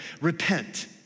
Repent